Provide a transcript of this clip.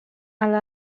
ale